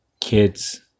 kids